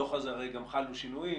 הדוח הזה גם חלו שינויים,